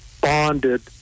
bonded